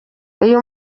uyu